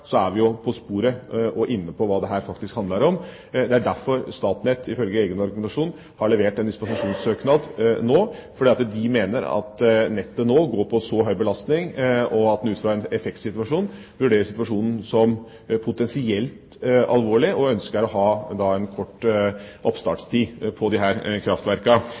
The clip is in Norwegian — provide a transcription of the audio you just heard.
er vi på sporet og inne på hva dette faktisk handler om. Det er derfor Statnett ifølge egen argumentasjon har levert en dispensasjonssøknad nå. De mener at nettet nå har en så høy belastning, og at en ut fra en effektsituasjon vurderer situasjonen som potensielt alvorlig og ønsker å ha en kort oppstartstid på